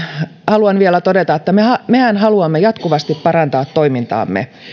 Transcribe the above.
haluan vielä todeta että mehän mehän haluamme jatkuvasti parantaa toimintaamme